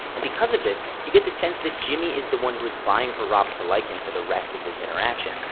and because of this, you get the sense that jimmy is the one who is vying for robert to like him for the rest of this interaction.